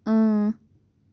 اۭں